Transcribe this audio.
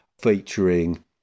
Featuring